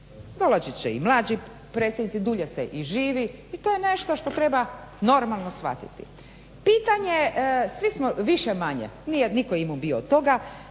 Dolazit će mladi predsjednici, dulje se i živi i to je nešto što treba normalno shvatiti. Pitanje je svi smo više-manje nije nitko bio imun od toga